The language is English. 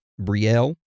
Brielle